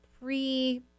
pre-